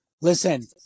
Listen